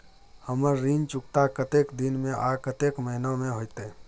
हमर ऋण चुकता कतेक दिन में आ कतेक महीना में होतै?